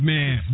Man